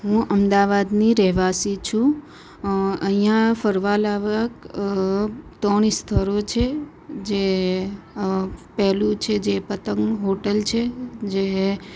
હું અમદાવાદની રહેવાસી છું અહીંયા ફરવા લાયક ત્રણ સ્થળો છે જે પહેલું છે જે પતંગ હોટલ છે જે